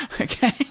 okay